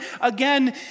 again